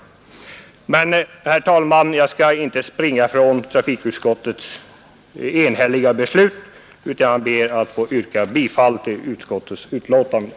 Jag skall, herr talman, inte springa ifrån trafikutskottets enhälliga beslut utan ber att få yrka bifall till utskottets hemställan.